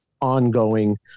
ongoing